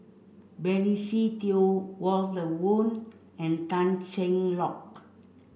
Benny Se Teo Walter Woon and Tan Cheng Lock